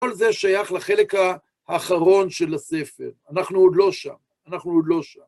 כל זה שייך לחלק האחרון של הספר, אנחנו עוד לא שם, אנחנו עוד לא שם.